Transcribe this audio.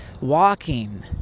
walking